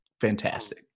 Fantastic